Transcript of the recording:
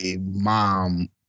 mom